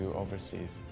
overseas